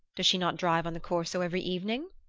does she not drive on the corso every evening?